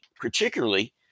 particularly